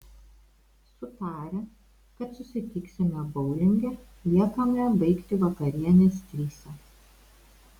sutarę kad susitiksime boulinge liekame baigti vakarienės trise